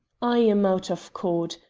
i am out of court,